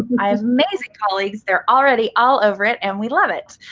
i have amazing colleagues. they're already all over it and we love it.